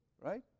right